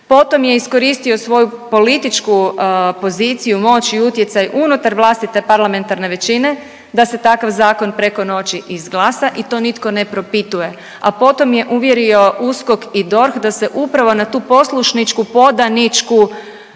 Potom je iskoristio svoju političku poziciju, moć i utjecaj unutar vlastite parlamentarne većine, da se takav zakon preko noći izglasa i to nitko ne propituje, a potom je uvjerio USKOK i DORH da se upravo na to poslušničku podaničku